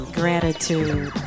gratitude